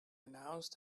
announced